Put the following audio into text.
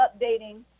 updating